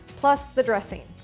plus the dressing.